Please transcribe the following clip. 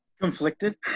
Conflicted